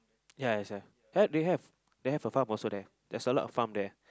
ya I swear had they have they have they have a farm also there there's a lot of farm there